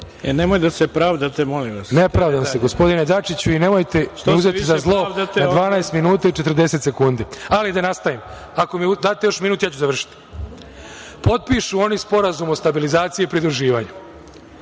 molim vas. **Branislav Nedimović** Ne pravdam se, gospodine Dačiću, i nemojte mi uzeti za zlo 12 minuta i 40 sekundi. Da nastavim, ako mi date još minut, ja ću završiti. Potpišu oni Sporazum o stabilizaciji i pridruživanju.